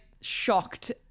shocked